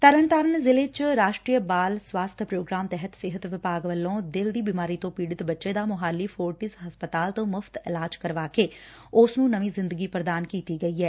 ਤਰਨਤਾਰਨ ਜ਼ਿਲ੍ਹੇ ਚ ਰਾਸ਼ਟਰੀਆ ਬਾਲ ਸਵਾਸਬ ਪ੍ਰੋਗਰਾਮ ਤਹਿਤ ਸਿਹਤ ਵਿਭਾਗ ਵੱਲੋ ਦਿਲ ਦੀ ਬਿਮਾਰੀ ਤੋ ਪੀੜਤ ਬੱਚੇ ਦਾ ਮੋਹਾਲੀ ਫੋਰਟਿਸ ਹਸਪਤਾਲ ਤੋਂ ਮੁਫ਼ਤ ਇਲਾਜ ਕਰਵਾ ਕੇ ਉਸ ਬੱਚੇ ਨੂੰ ਨਵੀ ਜਿੰਦਗੀ ਪ੍ਰਦਾਨ ਕੀਤੀ ਗਈ ਏ